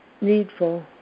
needful